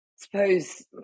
suppose